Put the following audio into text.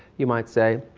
you might say,